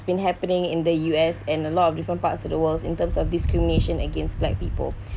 been happening in the U_S and a lot of different parts of the world in terms of discrimination against black people